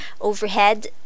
overhead